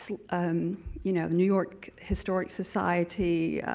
so um you know, new york historic society,